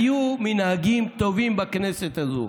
היו מנהגים טובים בכנסת הזאת,